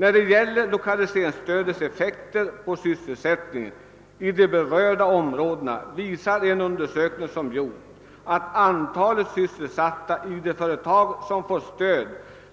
När det gäller lokaliseringsstödets effekter på sysselsättningen i de berörda områdena visar en un dersökning som gjorts, att antalet sysselsatta i de företag som fått stöd